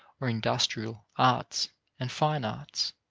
or industrial, arts and fine arts.